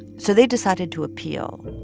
so they decided to appeal.